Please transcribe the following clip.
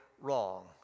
wrong